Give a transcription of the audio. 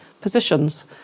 positions